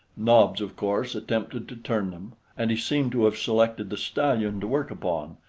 nobs, of course, attempted to turn them, and he seemed to have selected the stallion to work upon,